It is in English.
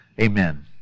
Amen